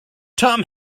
tom